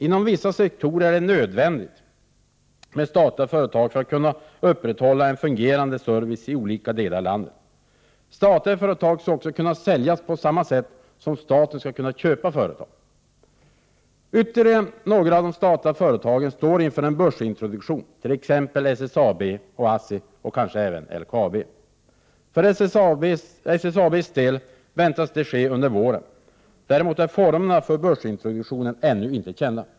Inom vissa sektorer är det nödvändigt med statliga företag för att kunna upprätthålla en fungerande service i olika delar av landet. Statliga företag skall kunna säljas på samma sätt som staten skall kunna köpa företag. Ytterligare några av de statliga företagen står inför en börsintroduktion, t.ex. SSAB och ASSI och kanske även LKAB. För SSAB:s del väntas detta ske under våren. Däremot är formerna för börsintroduktionen ännu inte kända.